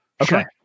Okay